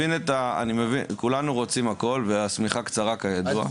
כולנו רוצים הכול והשמיכה קצרה כידוע.